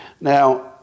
Now